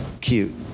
cute